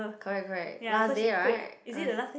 correct correct last day right last